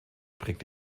prägt